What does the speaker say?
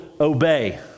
obey